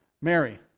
Mary